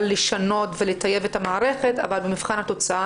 לשנות ולטייב את המערכת אבל במבחן התוצאה,